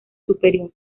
superior